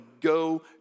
go